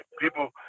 people